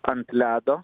ant ledo